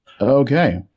Okay